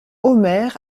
omer